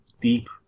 deep